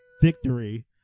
Victory